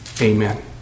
Amen